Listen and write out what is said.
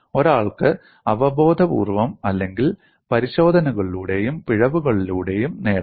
ഒരാൾക്ക് അവബോധപൂർവ്വം അല്ലെങ്കിൽ പരിശോധനകളിലൂടെയും പിഴവുകളിലൂടെയും നേടാം